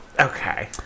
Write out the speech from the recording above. okay